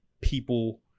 people